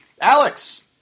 Alex